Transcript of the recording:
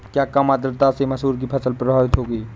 क्या कम आर्द्रता से मसूर की फसल प्रभावित होगी?